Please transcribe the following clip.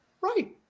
Right